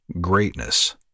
greatness